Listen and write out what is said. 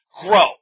grow